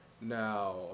Now